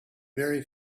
very